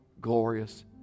glorious